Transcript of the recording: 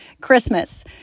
Christmas